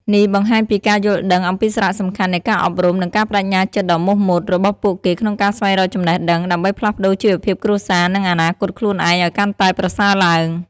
នេះបង្ហាញពីការយល់ដឹងអំពីសារៈសំខាន់នៃការអប់រំ និង ការប្តេជ្ញាចិត្តដ៏មោះមុត របស់ពួកគេក្នុងការស្វែងរកចំណេះដឹង ដើម្បីផ្លាស់ប្តូរជីវភាពគ្រួសារ និងអនាគតខ្លួនឯងឲ្យកាន់តែប្រសើរឡើង។